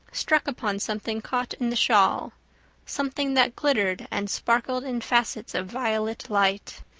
struck upon something caught in the shawl something that glittered and sparkled in facets of violet light.